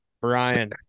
Brian